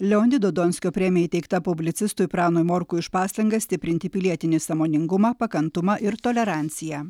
leonido donskio premija įteikta publicistui pranui morkui už pastangas stiprinti pilietinį sąmoningumą pakantumą ir toleranciją